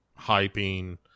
hyping